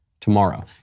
tomorrow